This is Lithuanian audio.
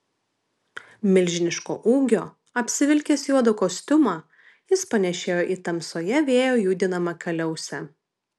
milžiniško ūgio apsivilkęs juodą kostiumą jis panėšėjo į tamsoje vėjo judinamą kaliausę